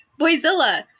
Boyzilla